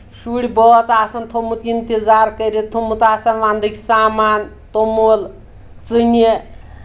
شُرۍ بٲژ آسان تھومُت اِنتظار کٔرِتھ تھومُت آسان وَنٛدٕکۍ سامان توٚمُل ژٕنہِ